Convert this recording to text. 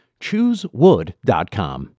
ChooseWood.com